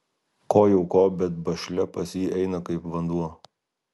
ko jau ko bet bašlia pas jį eina kaip vanduo